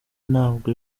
ntabwo